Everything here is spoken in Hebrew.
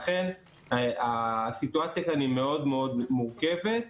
לכן הסיטואציה כאן מורכבת מאוד.